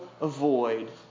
avoid